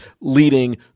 leading